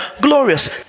glorious